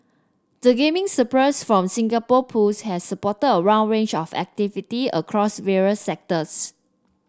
the gaming surplus from Singapore Pools has supported a wrong range of activity across various sectors